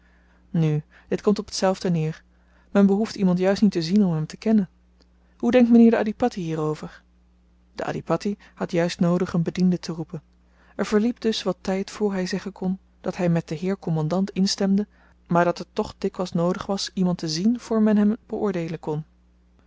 nu dit komt op tzelfde neer men behoeft iemand juist niet te zien om hem te kennen hoe denkt m'nheer de adhipatti hierover de adhipatti had juist noodig een bediende te roepen er verliep dus wat tyd voor hy zeggen kon dat hy met den heer kommandant instemde maar dat het toch dikwyls noodig was iemand te zien voor men hem beoordeelen kon